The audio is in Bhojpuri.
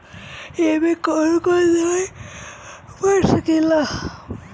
ए में कौन कौन दवाई पढ़ सके ला?